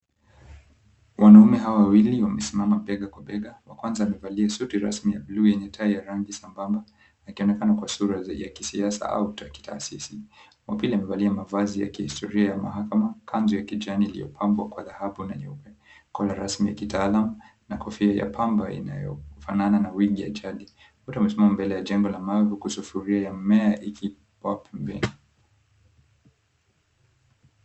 Wanaume hawa wawili wamesimama bega kwa bega. Wa kwanza amevalia suti rasmi ya buluu yenye tai ya rangi sambamba akionekana kwa sura ya kisiasa au ya kitaasisi. Wa pili amevalia mavazi ya kihistoria ya mahakama, kanzu ya kijani iliyopambwa kwa dhahabu na nyeupe, kola rasmi ya kitaalam na kofia ya pamba inayofanana na wigi ya jaji. Wote wamesimama mbele ya jengo la mawe huku sufuria ya mmea ikiwa pembeni.